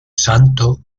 santo